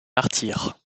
martyrs